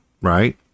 right